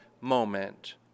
moment